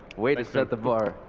way to set the bar.